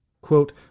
Quote